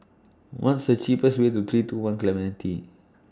What's The cheapest Way to three two one Clementi